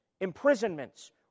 imprisonments